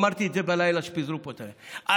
אמרתי את זה בלילה כשפיזרו פה את הכנסת.